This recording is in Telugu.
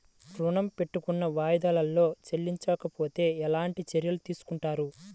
ఋణము పెట్టుకున్న వాయిదాలలో చెల్లించకపోతే ఎలాంటి చర్యలు తీసుకుంటారు?